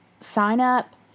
sign-up